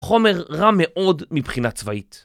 חומר רע מאוד מבחינה צבאית